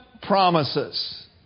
promises